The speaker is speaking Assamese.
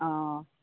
অঁ